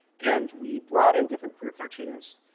and we brought in different queer cartoonists,